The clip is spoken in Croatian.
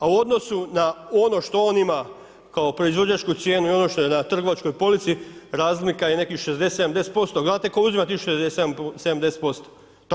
A u odnosu na ono što on ima kao proizvođačku cijenu i ono što je na trgovačkoj polici, razlika je nekih 60-70%, gledajte tko uzima tih 60-70%